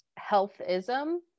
healthism